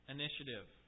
initiative